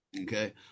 Okay